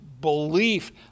belief